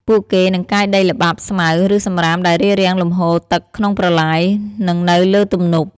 ពួកគេនឹងកាយដីល្បាប់ ស្មៅ ឬសំរាមដែលរារាំងលំហូរទឹកក្នុងប្រឡាយ និងនៅលើទំនប់។